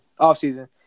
offseason